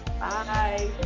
Bye